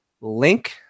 Link